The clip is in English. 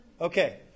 okay